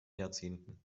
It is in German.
jahrzehnten